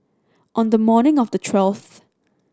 on the morning of the twelfth